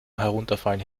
herunterfallen